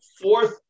fourth